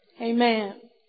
Amen